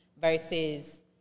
versus